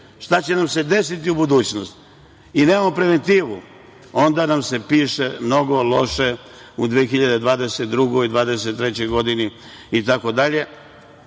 šta će nam se desiti u budućnosti i nemamo preventivu, onda nam se piše mnogo loše u 2022, 2023. godini,